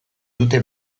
dute